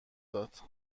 داد